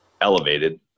elevated